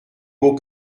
beau